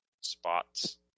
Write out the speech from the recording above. spots